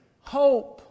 hope